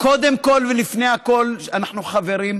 קודם כול ולפני הכול אנחנו חברים.